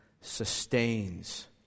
sustains